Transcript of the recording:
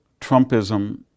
Trumpism